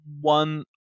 one